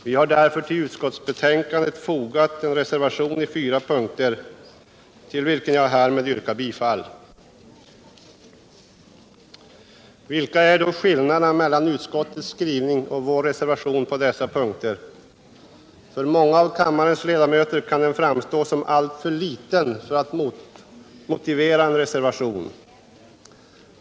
Vi har därför till utskottets betänkande fogat en reservation, till vilken jag härmed yrkar bifall. Vilka är då skillnaderna mellan utskottets skrivning och vår reservation på dessa punkter? För många av kammarens ledamöter kan de framstå som alltför små för att motivera en reservation.